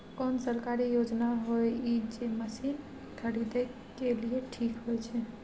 कोन सरकारी योजना होय इ जे मसीन खरीदे के लिए ठीक होय छै?